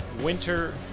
Winter